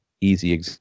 easy